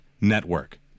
Network